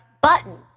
button